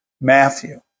Matthew